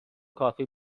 کافی